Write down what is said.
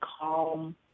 calm